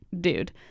dude